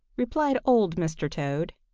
replied old mr. toad.